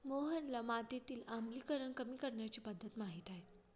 मोहनला मातीतील आम्लीकरण कमी करण्याची पध्दत माहित आहे